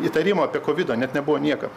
įtarimo apie kovidą net nebuvo niekam